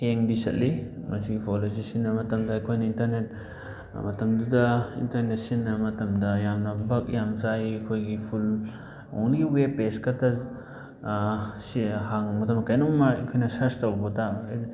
ꯍꯦꯡꯗꯤ ꯆꯠꯂꯤ ꯃꯁꯤꯒꯤ ꯐꯣꯟ ꯑꯁꯤ ꯁꯤꯖꯤꯟꯅꯕ ꯃꯇꯝꯗ ꯑꯩꯈꯣꯏꯅ ꯏꯟꯇꯔꯅꯦꯠ ꯃꯇꯝꯗꯨꯗ ꯏꯟꯇꯔꯅꯦꯠ ꯁꯤꯖꯤꯟꯅꯕ ꯃꯇꯝꯗ ꯌꯥꯝꯅ ꯕꯒ ꯌꯥꯝ ꯆꯥꯏ ꯑꯩꯈꯣꯏꯒꯤ ꯐꯨꯜ ꯑꯣꯡꯂꯤ ꯋꯦꯕ ꯄꯦꯖ ꯈꯛꯇ ꯁꯦ ꯀꯩꯅꯣꯝꯃ ꯑꯩꯈꯣꯏꯅ ꯁꯔꯁ ꯇꯧꯕꯗ